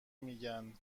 میگن